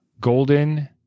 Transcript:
Golden